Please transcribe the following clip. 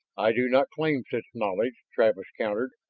i do not claim such knowledge, travis countered.